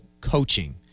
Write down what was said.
coaching